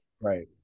right